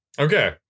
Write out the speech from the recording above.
Okay